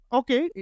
okay